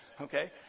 Okay